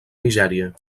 nigèria